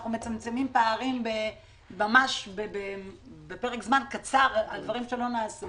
אנחנו מצמצמים פערים בפרק זמן קצר על דברים שלא נעשו